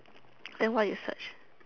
then what you search